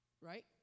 Right